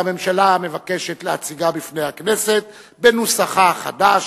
והממשלה מבקשת להציגה בפני הכנסת בנוסחה החדש,